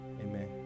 Amen